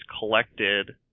collected